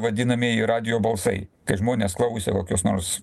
vadinamieji radijo balsai kai žmonės klausė kokios nors